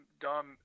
Dom